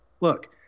look